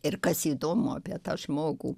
ir kas įdomu apie tą žmogų